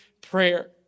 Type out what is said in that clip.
prayer